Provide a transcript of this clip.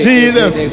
Jesus